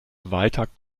walter